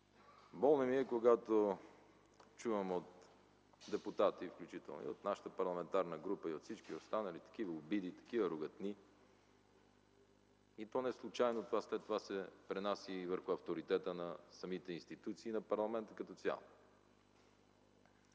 Болно ми е, когато чувам от депутати, включително и от нашата парламентарна група, и от всички останали, такива обиди, такива ругатни. Неслучайно после това се пренася и върху авторитета на самите институции, и на парламента като цяло.